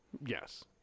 Yes